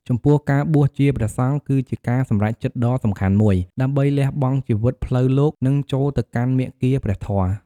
ចំពោះការបួសជាព្រះសង្ឃ គឺជាការសម្រេចចិត្តដ៏សំខាន់មួយ ដើម្បីលះបង់ជីវិតផ្លូវលោក និងចូលទៅកាន់មាគ៌ាព្រះធម៌។